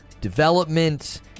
development